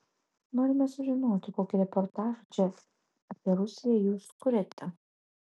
norime sužinoti kokį reportažą čia apie rusiją jūs kuriate